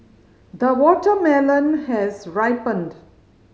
the watermelon has ripened